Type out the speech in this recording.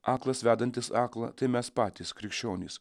aklas vedantis aklą tai mes patys krikščionys